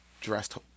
Dressed